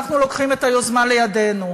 אנחנו לוקחים את היוזמה לידינו.